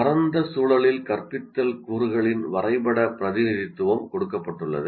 பரந்த சூழலில் கற்பித்தல் கூறுகளின் வரைபட பிரதிநிதித்துவம் கொடுக்கப்பட்டுள்ளது